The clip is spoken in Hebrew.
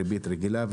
ריבית רגילה,